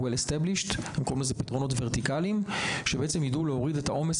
פתרונות ורטיקליים שידעו להוריד את העומס